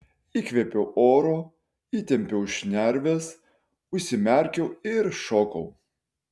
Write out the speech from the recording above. įkvėpiau oro įtempiau šnerves užsimerkiau ir šokau